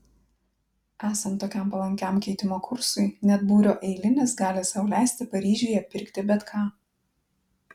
esant tokiam palankiam keitimo kursui net būrio eilinis gali sau leisti paryžiuje pirkti bet ką